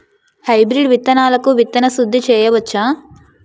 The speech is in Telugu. హైబ్రిడ్ విత్తనాలకు విత్తన శుద్ది చేయవచ్చ?